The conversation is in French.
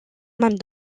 même